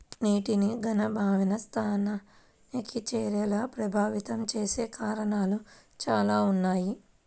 నీటిని ఘనీభవన స్థానానికి చేరేలా ప్రభావితం చేసే కారణాలు చాలా ఉన్నాయి